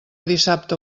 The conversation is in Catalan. dissabte